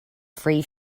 free